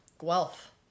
Guelph